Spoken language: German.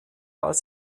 als